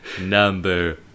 Number